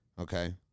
Okay